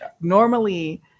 normally